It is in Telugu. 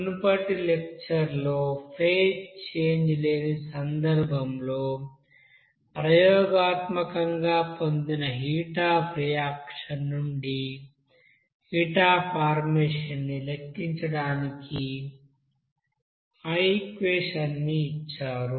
మునుపటి లెక్చర్ లో ఫేజ్ చేంజ్ లేని సందర్భంలో ప్రయోగాత్మకంగా పొందిన హీట్ అఫ్ రియాక్షన్ నుండి హీట్ అఫ్ ఫార్మేషన్ ని లెక్కించడానికి ఆ ఈక్వెషన్ని ఇచ్చారు